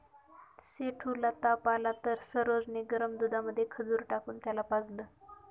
सेठू ला ताप आला तर सरोज ने गरम दुधामध्ये खजूर टाकून त्याला पाजलं